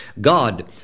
God